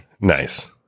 Nice